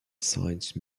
science